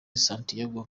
santiago